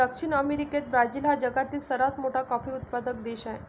दक्षिण अमेरिकेत ब्राझील हा जगातील सर्वात मोठा कॉफी उत्पादक देश आहे